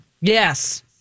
Yes